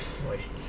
no